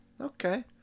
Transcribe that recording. Okay